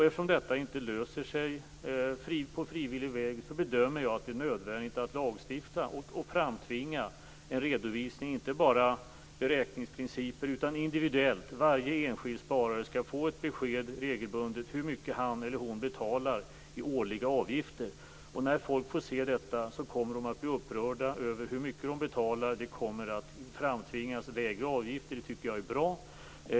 Eftersom detta problem inte löses på frivillig väg, bedömer jag att det är nödvändigt att lagstifta och framtvinga en redovisning. Inte bara beräkningsprinciper skall redovisas, utan varje enskild sparare skall regelbundet få ett besked om hur mycket han eller hon betalar i årliga avgifter. När folk får se detta kommer de att bli upprörda över hur mycket de betalar, och lägre avgifter kommer att tvingas fram. Det tycker jag är bra.